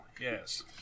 yes